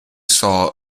saw